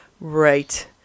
Right